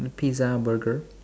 pizza burger